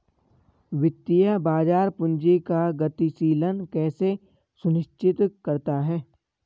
वित्तीय बाजार पूंजी का गतिशीलन कैसे सुनिश्चित करता है?